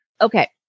Okay